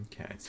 Okay